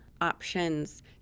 options